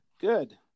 Good